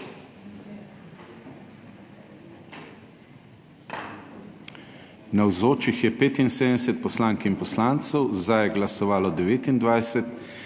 Navzočih je 75 poslank in poslancev, za je glasovalo 29,